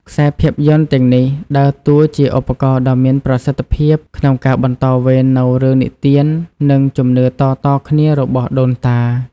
ខ្សែភាពយន្តទាំងនេះដើរតួជាឧបករណ៍ដ៏មានប្រសិទ្ធភាពក្នុងការបន្តវេននូវរឿងនិទាននិងជំនឿតៗគ្នារបស់ដូនតា។